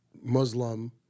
Muslim